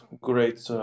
great